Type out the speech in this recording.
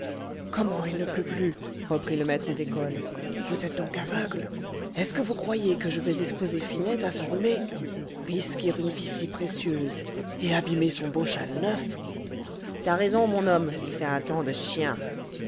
comment il ne pleut plus reprit le maître d'école vous êtes donc aveugle est-ce que vous croyez que je vais exposer finette à s'enrhumer risquer une vie si précieuse et abîmer son beau châle neuf t'as raison mon homme il fait un temps de chien